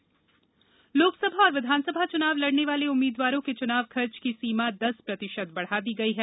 loss व्यय लोकसभा और विधानसभा चुनाव लड़ने वाले उम्मीदवारों के चुनाव खर्च की सीमा दस प्रतिशत बढ़ा दी गई है